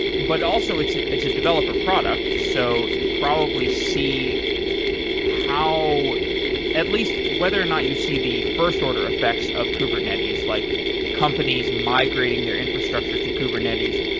but also, it's ah it's a developer product, so you probably see how at least whether or not you see the first order effects of kubernetes, like companies migrating their infrastructure to kubernetes.